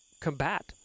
combat